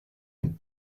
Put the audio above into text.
ont